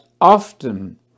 often